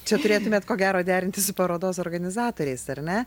čia turėtumėt ko gero derinti su parodos organizatoriais ar ne